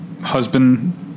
husband